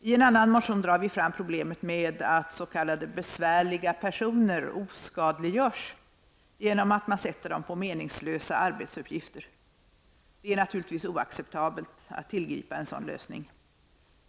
I en annan motion drar vi fram problemet med att s.k. besvärliga personer ''oskadliggörs'' genom att man sätter dem på meningslösa arbetsuppgifter. Det är naturligtvis oacceptabelt att tillgripa en sådan lösning.